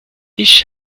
ich